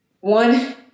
One